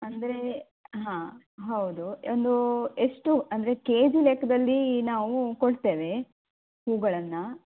ಅಂದರೆ ಹಾಂ ಹೌದು ಒಂದು ಎಷ್ಟು ಅಂದರೆ ಕೆ ಜಿ ಲೆಖ್ಖದಲ್ಲಿ ನಾವು ಕೊಡ್ತೇವೆ ಹೂಗಳನ್ನು